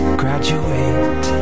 graduate